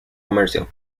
comercio